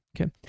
Okay